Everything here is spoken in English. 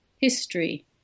history